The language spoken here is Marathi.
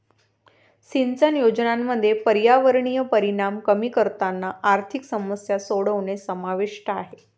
सिंचन योजनांमध्ये पर्यावरणीय परिणाम कमी करताना आर्थिक समस्या सोडवणे समाविष्ट आहे